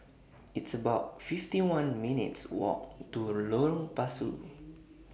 It's about fifty one minutes' Walk to Lorong Pasu